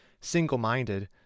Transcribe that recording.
single-minded